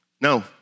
no